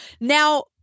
Now